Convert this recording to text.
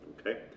Okay